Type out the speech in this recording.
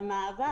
במעבר,